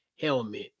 helmet